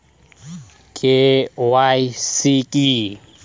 KYC কি?